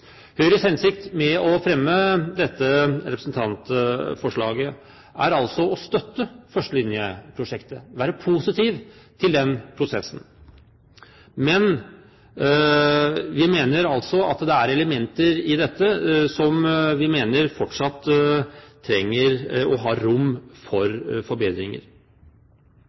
Høyres hensikt med å fremme dette representantforslaget er altså å støtte førstelinjeprosjektet, være positiv til den prosessen. Men vi mener altså at det er elementer i dette som fortsatt trenger, og har rom for, forbedringer.